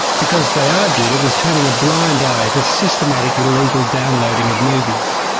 because they argued it was turning a blind eye to systematic illegal downloading of movies.